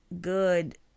good